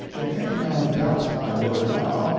if any man doubts my word now,